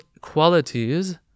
qualities